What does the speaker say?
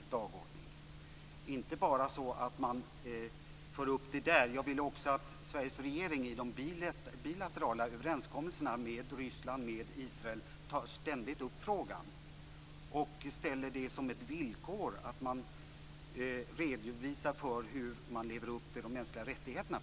Men inte bara så att man för upp det där - jag vill också att Sveriges regering i de bilaterala överenskommelserna med Ryssland och Israel ständigt tar upp frågan och ställer det som ett villkor att man redovisar hur man lever upp till de mänskliga rättigheterna.